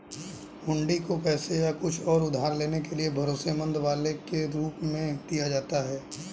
हुंडी को पैसे या कुछ और उधार लेने के एक भरोसेमंद वादे के रूप में दिया जाता है